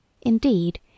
Indeed